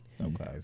Okay